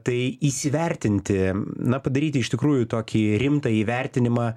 tai įsivertinti na padaryti iš tikrųjų tokį rimtą įvertinimą